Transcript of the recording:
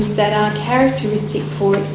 that are characteristic for